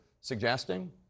suggesting